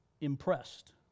impressed